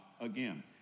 Again